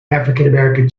american